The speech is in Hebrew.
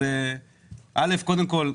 אז קודם כל,